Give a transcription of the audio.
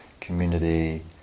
community